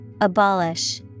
Abolish